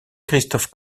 christophe